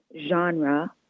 genre